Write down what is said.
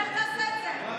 לך תעשה את זה.